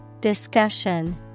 Discussion